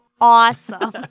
awesome